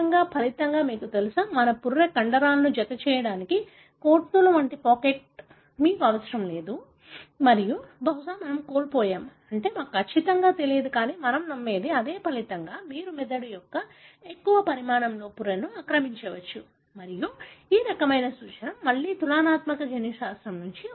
ఫలితంగా మీకు తెలుసా మా పుర్రె కండరాలను జతచేయడానికి కోతుల వంటి పాకెట్ మీకు అవసరం లేదు మరియు బహుశా మనము కోల్పోయాము అంటే మాకు ఖచ్చితంగా తెలియదు కానీ మనం నమ్మేది అదే ఫలితంగా మీరు మెదడు యొక్క ఎక్కువ పరిమాణంలో పుర్రెను ఆక్రమించవచ్చు మరియు ఈ రకమైన సూచన మళ్ళి తులనాత్మక జన్యుశాస్త్రం నుండి వచ్చింది